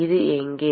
இது இங்கே